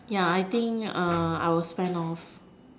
yeah I think I will spend off